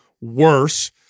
worse